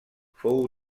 fou